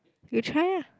you try ah